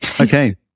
okay